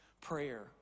prayer